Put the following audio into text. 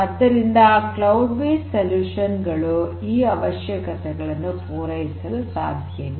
ಆದ್ದರಿಂದ cloud based Cloud based sಪರಿಹಾರಗಳು ಈ ಅವಶ್ಯಕತೆಗಳನ್ನು ಪೂರೈಸಲು ಸಾಧ್ಯವೇ